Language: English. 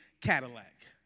Cadillac